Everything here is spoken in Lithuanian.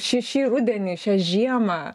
šį šį rudenį šią žiemą